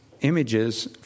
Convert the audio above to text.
images